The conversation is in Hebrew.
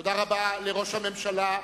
תודה רבה לראש הממשלה.